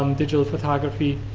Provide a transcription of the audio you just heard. um digital photography,